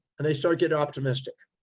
and they start getting optimistic.